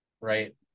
right